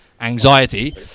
anxiety